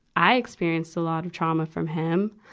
i experienced a lot of trauma from him.